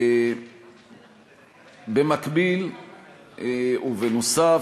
במקביל ובנוסף,